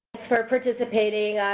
for participating.